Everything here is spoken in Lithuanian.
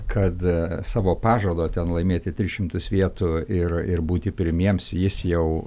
kad savo pažado ten laimėti tris šimtus vietų ir būti pirmiems jis jau